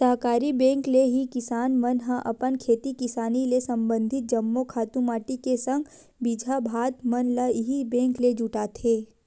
सहकारी बेंक ले ही किसान मन ह अपन खेती किसानी ले संबंधित जम्मो खातू माटी के संग बीजहा भात मन ल इही बेंक ले जुटाथे